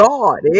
God